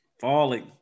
Falling